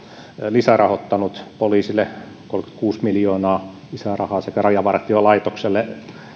lisärahoittanut poliisille kolmekymmentäkuusi miljoonaa lisää rahaa sekä rajavartiolaitokselle